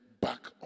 back